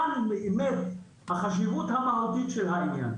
כאן באמת החשיבות המהותית של העניין.